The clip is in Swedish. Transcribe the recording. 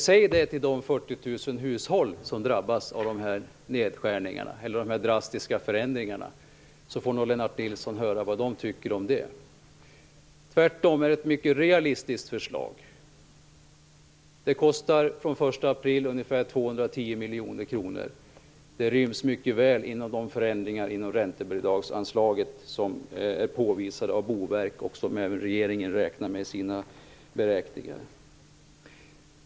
Säg det till de 40 000 hushåll som drabbas av dessa drastiska förändringar så får Lennart Nilsson höra vad de tycker om det. Tvärtom är det ett mycket realistiskt förslag. Det kostar från den 1 april ungefär 210 miljoner kronor. Det ryms mycket väl inom de förändringar inom räntebidragsanslaget som Boverket har påvisat och som även regeringen räknar med i sina beräkningar.